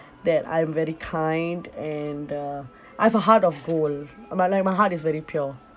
that I'm very kind and uh I've a heart of gold my like my heart is very pure